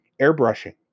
airbrushing